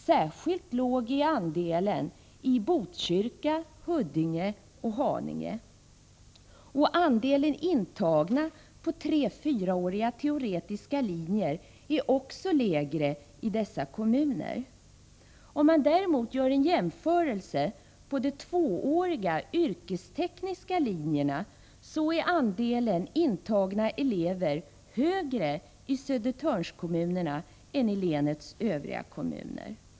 Särskilt låg är andelen i Botkyrka, Huddinge och Haninge. Och andelen intagna på 3—-4-åriga teoretiska linjer är också lägre i dessa kommuner. Om man däremot gör en jämförelse på de tvååriga yrkestekniska linjerna, finner man att andelen intagna elever är högre i Södertörnskommunerna än i länets övriga kommuner.